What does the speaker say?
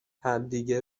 همدیگه